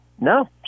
no